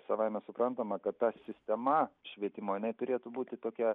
savaime suprantama kad ta sistema švietimo jinai turėtų būti tokia